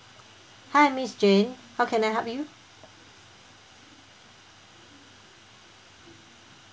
hi miss jane how can I help you